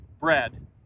bread